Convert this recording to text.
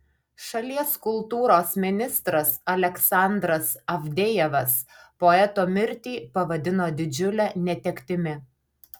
šalies kultūros ministras aleksandras avdejevas poeto mirtį pavadino didžiule netektimi